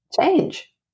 change